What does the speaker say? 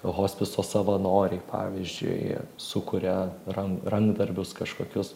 hospiso savanoriai pavyzdžiui sukuria ran rankdarbius kažkokius